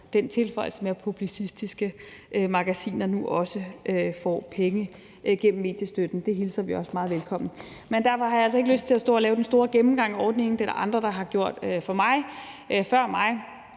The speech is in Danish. den tilføjelse, at publicistiske magasiner nu også får penge igennem mediestøtten. Det hilser vi også meget velkommen. Men jeg har altså ikke lyst til at stå og lave den store gennemgang af ordningen, for det er der andre der har gjort før mig, men